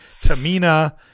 Tamina